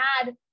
add